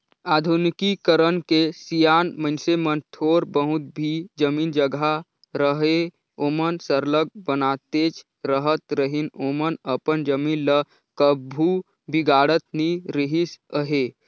आधुनिकीकरन के सियान मइनसे मन थोर बहुत भी जमीन जगहा रअहे ओमन सरलग बनातेच रहत रहिन ओमन अपन जमीन ल कभू बिगाड़त नी रिहिस अहे